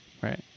right